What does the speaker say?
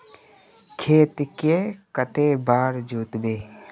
खेत के कते बार जोतबे?